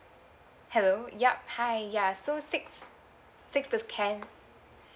hello yup hi ya so six six percent